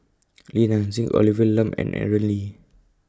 Li Nanxing Olivia Lum and Aaron Lee